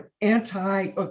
anti